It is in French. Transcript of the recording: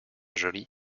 jolie